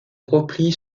replie